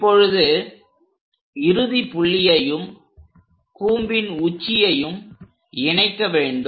இப்பொழுது இறுதி புள்ளியையும் கூம்பின் உச்சியையும் இணைக்க வேண்டும்